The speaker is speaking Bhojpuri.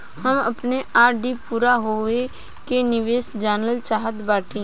हम अपने आर.डी पूरा होवे के निर्देश जानल चाहत बाटी